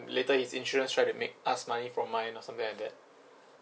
later his insurance try to make us money from mine or something like that